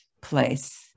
place